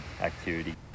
activity